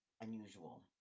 unusual